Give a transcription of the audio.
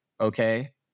Okay